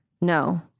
No